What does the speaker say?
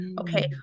Okay